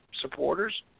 supporters